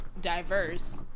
diverse